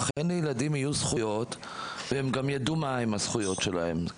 אכן לילדים יהיו זכויות והם גם ידעו מהם הזכויות שלהם,